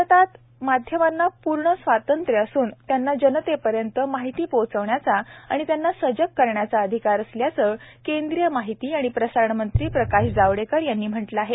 भारतात माध्यमांना पूर्ण स्वातंत्र्य असून त्यांना जनतेपर्यंत माहिती पोहोचवण्याचा आणि त्यांना सजग करण्याचा अधिकार असल्याचं केंद्रीय माहिती आणि प्रसारण मंत्री प्रकाश जावडेकर यांनी म्हटलं आहे